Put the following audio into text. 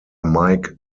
mike